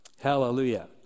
Hallelujah